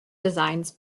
designs